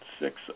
six